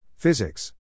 Physics